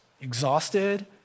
exhausted